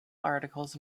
articles